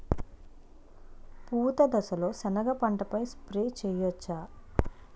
పూత దశలో సెనగ పంటపై స్ప్రే చేయచ్చా?